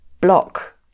block